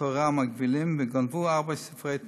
התורה מהגווילים וגנבו ארבעה ספרי תורה.